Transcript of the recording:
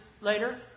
later